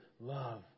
love